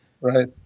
Right